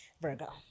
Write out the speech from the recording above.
Virgo